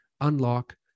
unlock